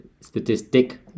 statistic